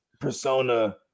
persona